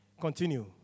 continue